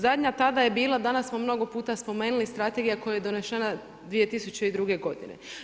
Zadnja tada je bila, danas smo mnogo puta spomenuli strategija koja je donošena 2002. godine.